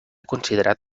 considerat